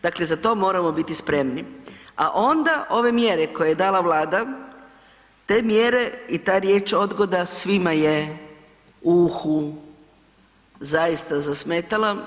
Dakle, za to moramo biti spremni, a onda ove mjere koje je dala Vlada te mjere i ta riječ odgoda svima je u uhu zaista zasmetala.